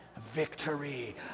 Victory